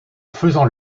faisant